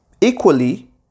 Equally